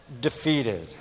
defeated